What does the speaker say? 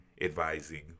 advising